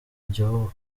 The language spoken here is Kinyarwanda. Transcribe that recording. igihugu